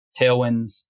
tailwinds